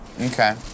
Okay